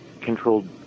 controlled